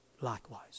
likewise